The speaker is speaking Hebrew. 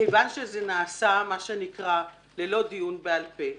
מכיוון שזה נעשה ללא דיון בעל פה,